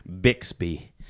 Bixby